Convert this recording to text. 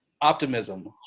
optimism